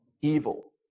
evil